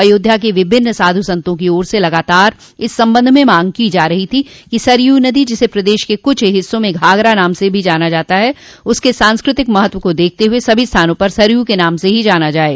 अयोध्या के विभिन्न साधू संतों की ओर से लगातार इस संबंध में मांग की जा रही थी कि सरयू नदी जिसे प्रदेश के कुछ हिस्सों में घाघरा नाम से भी जाना जाता है उसके सांस्कृतिक महत्व को देखते हुए सभी स्थानों पर सरयू के नाम से ही जाना जाये